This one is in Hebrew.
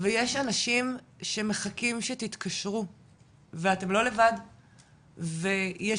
ויש אנשים שמחכים שתתקשרו ואתם לא לבד ויש